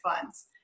funds